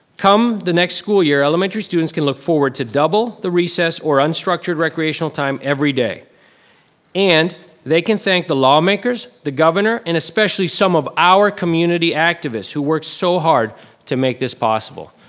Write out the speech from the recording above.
come the next school year, elementary students can look forward to double the recess or unstructured recreational time every day and they can thank the lawmakers, the governor, and especially some of our community activists who worked so hard to make this possible.